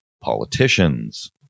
politicians